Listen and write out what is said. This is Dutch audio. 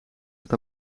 het